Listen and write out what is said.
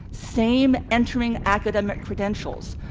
same entering academic credentials,